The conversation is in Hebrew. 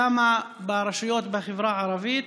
כמה ברשויות בחברה הערבית?